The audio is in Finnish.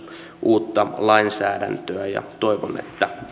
uutta lainsäädäntöä ja toivon että